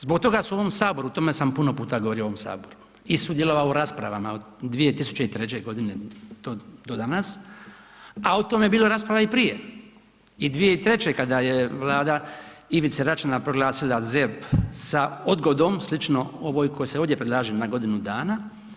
Zbog toga se u ovom Saboru, o tome sam puno puta govorio u ovom Saboru i sudjelovao u raspravama od 2003. godine do danas a o tome je bilo rasprava i prije i 2003. kada je Vlada Ivice Račana proglasila ZERP sa odgodom slično ovoj koji se ovdje predlaže na godinu dana.